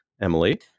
Emily